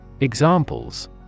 Examples